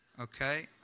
Okay